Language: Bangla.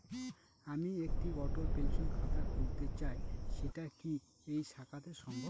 আমি একটি অটল পেনশন খাতা খুলতে চাই সেটা কি এই শাখাতে সম্ভব?